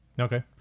Okay